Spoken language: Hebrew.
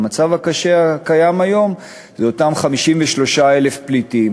והמצב הקשה הקיים היום זה אותם 53,000 פליטים